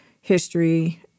history